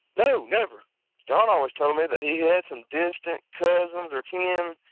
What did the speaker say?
no, never. john always told me that he had some distant cousins or kin,